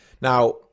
Now